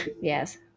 Yes